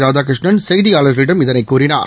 ராதாகிருஷ்ணன் செய்தியாளர்களிடம் கூறினார்